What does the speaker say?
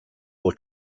will